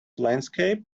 landscape